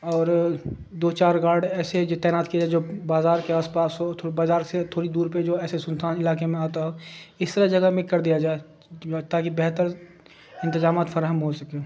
اور دو چار گارڈ ایسے ج تعینعات کیے جائے جو بازار کے آس پاس ہووڑ بازار سے تھوڑی دور پہ جو ایسے سنتان علاقے میں آتا ہو اس طرح جگہ میں کر دیا جائے تاکہ بہتر انتظامات فراہم ہو سکے